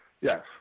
Yes